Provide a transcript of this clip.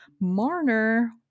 Marner